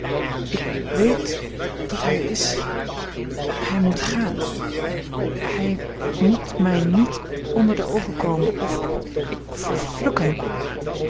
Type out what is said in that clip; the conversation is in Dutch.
ik weet dat hij er is hij moet gaan hij moet mij niet onder de oogen komen of